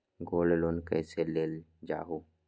Gold loan कईसे लेल जाहु?